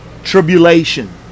tribulation